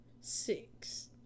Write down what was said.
six